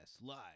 live